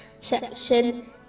section